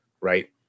right